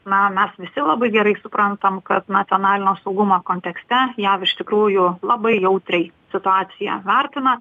na mes visi labai gerai suprantam kad nacionalinio saugumo kontekste jaf iš tikrųjų labai jautriai situaciją vertina